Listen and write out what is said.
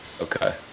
Okay